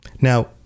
Now